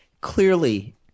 clearly